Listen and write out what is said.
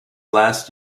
last